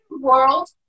world